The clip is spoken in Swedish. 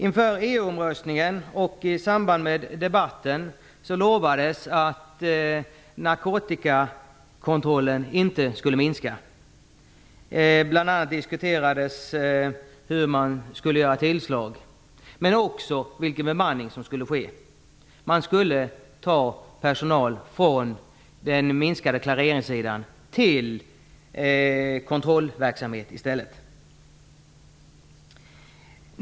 Inför EU-omröstningen och i samband med debatten då gavs ett löfte att narkotikakontrollen inte skulle minska. Det diskuterades bl.a. hur tillslag skulle göras, men också vilken bemanning som skulle ske. Man skulle ta personal från den minskade klareringen till kontrollverksamhet i stället.